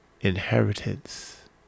inheritance